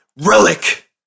relic